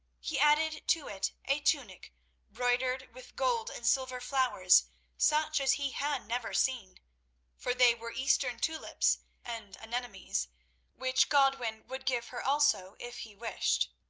he added to it a tunic broidered with gold and silver flowers such as he had never seen for they were eastern tulips and anemones, which godwin would give her also if he wished.